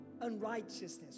unrighteousness